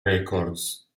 records